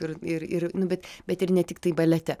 ir ir ir nu bet bet ir ne tiktai balete